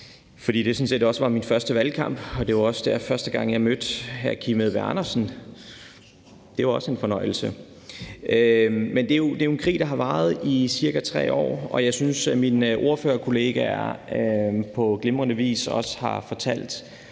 også var min første valgkamp, og det var også første gang, jeg mødte hr. Kim Edberg Andersen. Det var også en fornøjelse. Det er jo en krig, der har varet i ca. 3 år, og jeg synes, at mine ordførerkollegaer på glimrende vis har fortalt,